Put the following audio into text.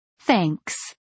Thanks